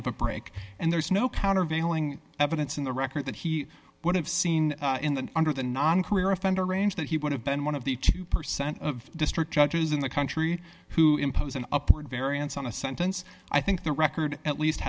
of a break and there's no countervailing evidence in the record that he would have seen in the under the non career offender range that he would have been one of the two percent of district judges in the country who impose an upward variance on a sentence i think the record at least